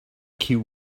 kill